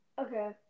Okay